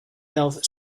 health